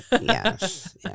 Yes